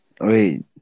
wait